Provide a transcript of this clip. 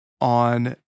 on